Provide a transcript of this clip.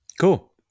Cool